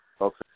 Okay